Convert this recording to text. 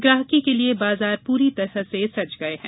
ग्राहकी के लिये बाजार पूरी तरह से सज गये है